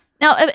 Now